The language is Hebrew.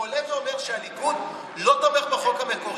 הוא עולה ואומר שהליכוד לא תומך בחוק המקורי.